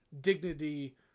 dignity